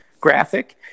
graphic